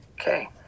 Okay